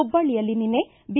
ಹುಬ್ಬಳ್ಳಿಯಲ್ಲಿ ನಿನ್ನೆ ಬಿ